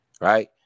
right